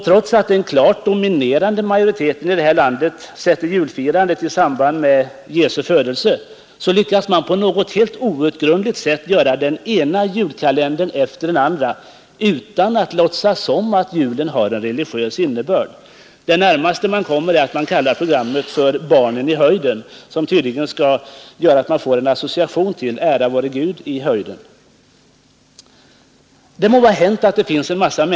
Trots att den klart dominerande majoriteten i det här landet sätter julfirandet i samband med Jesu födelse, lyckas man på något helt outgrundligt sätt göra den ena julkalendern efter den andra utan att låtsas om julens religiösa innebörd. I år har man kallat programmet ”Barnen i Höjden”, vilket tydligen skall ge en association till ”Ära vare Gud i höjden”. Men det är allt av kristendom som hittills kunnat konstateras.